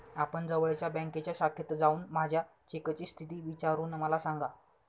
आपण जवळच्या बँकेच्या शाखेत जाऊन माझ्या चेकची स्थिती विचारून मला सांगा